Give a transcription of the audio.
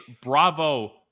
bravo